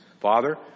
Father